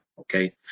okay